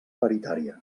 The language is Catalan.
paritària